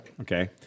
Okay